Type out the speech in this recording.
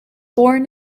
born